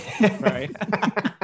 Right